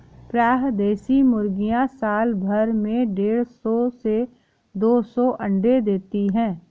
प्रायः देशी मुर्गियाँ साल भर में देढ़ सौ से दो सौ अण्डे देती है